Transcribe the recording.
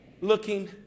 looking